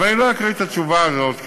אבל לא אקריא את התשובה הזאת,